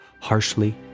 harshly